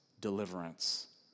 deliverance